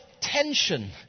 tension